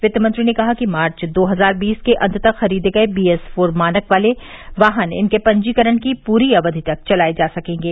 वित्त मंत्री ने कहा कि मार्च दो हजार बीस के अंत तक खरीदे गए बीएस फोर मानक वाले वाहन इनके पंजीकरण की पूरी अवधि तक चलाए जा सकेंगे